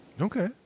okay